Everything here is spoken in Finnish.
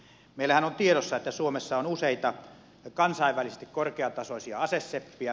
meillähän on tiedossa että suomessa on useita kansainvälisesti korkeatasoisia aseseppiä